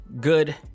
good